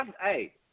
Hey